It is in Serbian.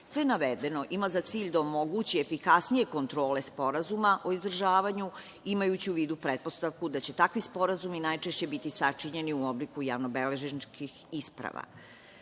navedeno ima za cilj da omogući efikasnije kontrole sporazuma o izdržavanju, imajući u vidu pretpostavku da će takvi sporazumi najčešće biti sačinjeni u obliku javnobeležničkih